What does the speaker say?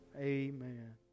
Amen